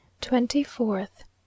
twenty-fourth